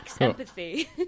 empathy